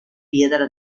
piedra